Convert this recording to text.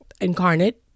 Incarnate